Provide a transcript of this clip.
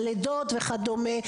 הלידות וכדומה.